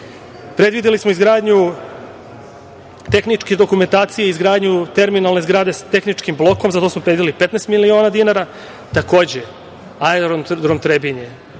smo izgradnju tehničke dokumentacije, izgradnju terminalne zgrade sa tehničkim blokom, za to smo predvideli 15 miliona dinara. Takođe, aerodrom „Trebinje“